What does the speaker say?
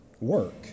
work